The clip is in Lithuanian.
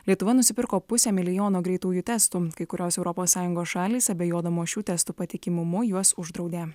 lietuva nusipirko pusę milijono greitųjų testų kai kurios europos sąjungos šalys abejodamos šių testų patikimumu juos uždraudė